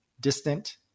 distant